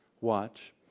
Watch